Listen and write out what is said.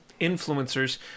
influencers